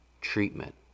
treatment